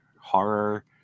horror